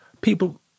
people